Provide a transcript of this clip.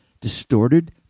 distorted